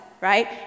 right